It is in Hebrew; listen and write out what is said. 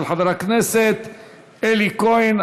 של חבר הכנסת אלי כהן,